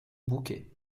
bouquet